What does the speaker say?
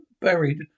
buried